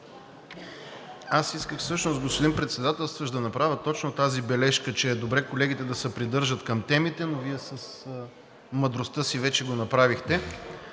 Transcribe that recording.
Аз исках всъщност, господин Председател, да направя точно тази бележка, че е добре колегите да се придържат към темите, но Вие с мъдростта си вече го направихте.